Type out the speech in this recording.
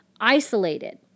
isolated